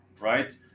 right